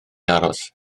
aros